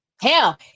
Hell